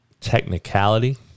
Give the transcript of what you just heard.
technicality